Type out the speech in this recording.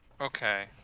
Okay